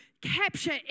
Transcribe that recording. capture